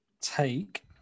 take